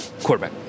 Quarterback